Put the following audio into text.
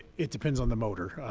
it depends on the motor.